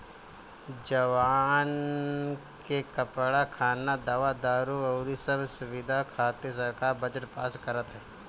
जवान के कपड़ा, खाना, दवा दारु अउरी सब सुबिधा खातिर सरकार बजट पास करत ह